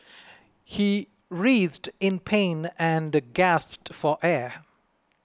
he writhed in pain and gasped for air